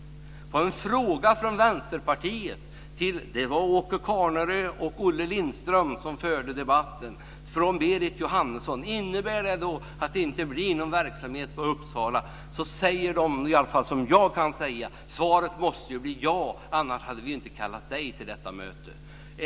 Det kom en fråga från Vänsterpartiets Berit Jóhannesson till Åke Carnerö och Olle Lindström, som förde debatten: Innebär det då att det inte blir någon verksamhet i Uppsala? Då säger de, i alla fall som jag uppfattar det: Svaret måste bli ja. Annars hade vi inte kallat dig till detta möte.